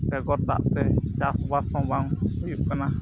ᱵᱮᱜᱚᱨ ᱫᱟᱜᱛᱮ ᱪᱟᱥᱵᱟᱥ ᱦᱚᱸ ᱵᱟᱝ ᱦᱩᱭᱩᱜ ᱠᱟᱱᱟ